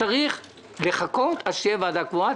צריך לחכות עד שתהיה ועדה קבועה,